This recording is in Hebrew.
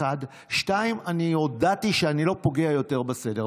1. 2. אני הודעתי שאני לא פוגע יותר בסדר.